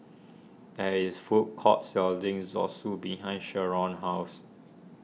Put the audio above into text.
there is food court selling Zosui behind Sheron's house